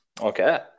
Okay